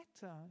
better